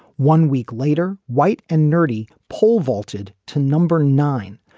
one week later, white and nerdy pole vaulted to number nine,